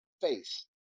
face